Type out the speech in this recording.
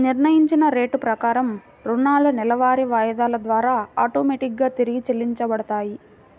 నిర్ణయించిన రేటు ప్రకారం రుణాలు నెలవారీ వాయిదాల ద్వారా ఆటోమేటిక్ గా తిరిగి చెల్లించబడతాయి